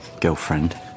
girlfriend